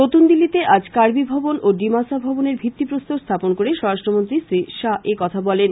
নতুনদিল্লীতে আজ কার্বি ভবন ও ডিমাসা ভবন এর ভিত্তি প্রস্তর স্থাপন করে স্বরাষ্ট্রমন্ত্রী শ্রী শাহ একথা বলেন